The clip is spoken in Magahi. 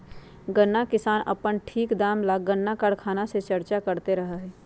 गन्ना किसान अपन ठीक दाम ला गन्ना कारखाना से चर्चा करते रहा हई